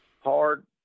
hard